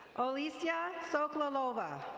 olicia soclalova.